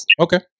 Okay